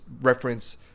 reference